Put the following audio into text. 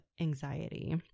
anxiety